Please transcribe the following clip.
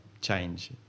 change